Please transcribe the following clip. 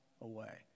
away